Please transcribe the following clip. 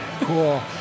cool